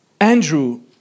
Andrew